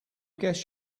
guess